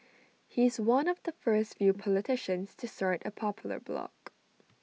he's one of the first few politicians to start A popular blog